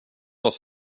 oss